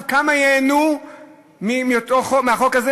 כמה ייהנו מהחוק הזה?